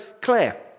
Claire